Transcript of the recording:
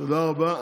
תודה רבה.